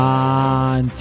on